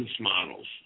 models